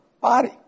body